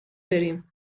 برویم